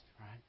right